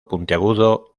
puntiagudo